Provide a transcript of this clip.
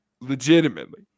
legitimately